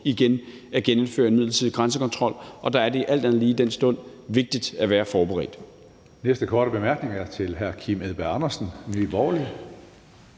igen at gennemføre en midlertidig grænsekontrol, og der er det alt andet lige og al den stund vigtigt at være forberedt.